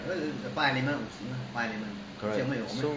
correct so